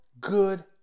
good